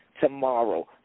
Tomorrow